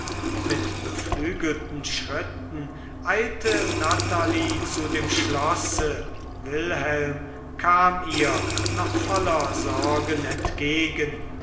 mit beflügelten schritten eilte natalie zu dem schlosse wilhelm kam ihr noch voller sorgen entgegen